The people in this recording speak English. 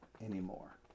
anymore